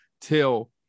till